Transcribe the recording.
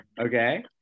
Okay